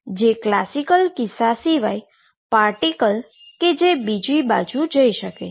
જે ક્લાસિકલ કિસ્સા સિવાય પાર્ટીકલ કે જે બીજી બાજુ જઈ શકે છે